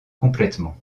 complètement